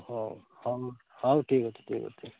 ହଉ ହଉ ହଉ ଠିକ୍ ଅଛି ଠିକ୍ ଅଛି ଠିକ୍ ଅଛି